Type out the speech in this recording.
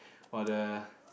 !wah! the